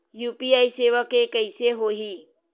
UPI सेवा के कइसे होही?